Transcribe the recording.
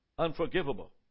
Unforgivable